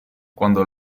quando